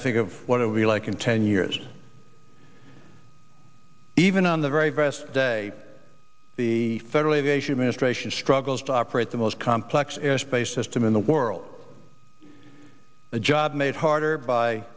to think of what it would be like in ten years even on the very best day the federal aviation administration struggles to operate the most complex airspace system in the world the job made harder by